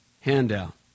handout